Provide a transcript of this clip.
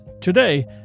Today